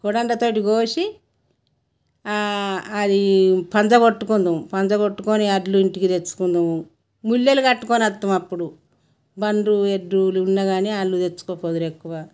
కొరండ తోటి కోసి అది పంజా కొట్టుకుందాం పంజా కొట్టుకొని అడ్లు ఇంటికి తెచ్చుకుందము ముల్లెలు కట్టుకొని వస్తాము అప్పుడు బండ్లు ఎడ్లులు ఉన్నాగానీ వాళ్ళు తెచ్చుకోపోదరి ఎక్కువ